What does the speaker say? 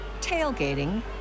tailgating